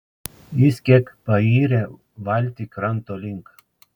jis kiek payrė valtį kranto link